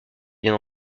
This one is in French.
bien